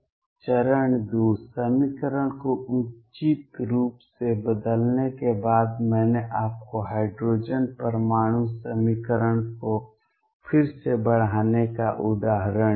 चरण 2 समीकरण को उचित रूप से बदलने के बाद मैंने आपको हाइड्रोजन परमाणु समीकरण को फिर से बढ़ाने का उदाहरण दिया